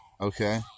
okay